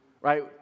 right